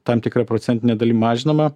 tam tikra procentine dalim mažinama